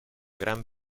gran